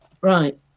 Right